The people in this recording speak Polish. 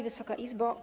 Wysoka Izbo!